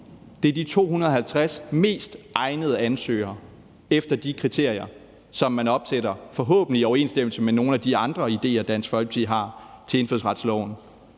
Det er de 250 mest egnede ansøgere efter de kriterier, som man opsætter, forhåbentlig i overensstemmelse med nogle af de andre idéer, Dansk Folkeparti har til indfødsretsloven,